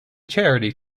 charity